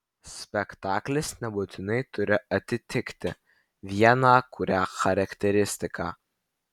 spektaklis nebūtinai turi atitikti vieną kurią charakteristiką